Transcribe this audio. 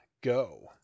go